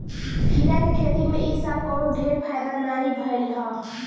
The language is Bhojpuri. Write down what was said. खीरा के खेती में इ साल कवनो ढेर फायदा नाइ भइल हअ